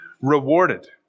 rewarded